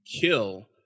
kill